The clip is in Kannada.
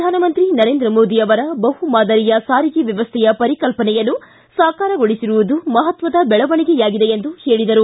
ಪ್ರಧಾನಮಂತ್ರಿ ನರೇಂದ್ರ ಮೋದಿಯವರ ಬಹು ಮಾದರಿಯ ಸಾರಿಗೆ ವ್ಯವಸ್ಥೆಯ ಪರಿಕಲ್ಪನೆಯನ್ನು ಸಾಕಾರಗೊಳಿಸಿರುವುದು ಮಹತ್ವದ ಬೆಳವಣಿಗೆಯಾಗಿದೆ ಎಂದು ಹೇಳಿದರು